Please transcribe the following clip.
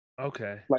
Okay